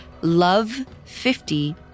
LOVE50